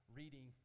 reading